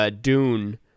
Dune